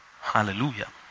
Hallelujah